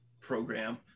program